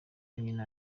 nyine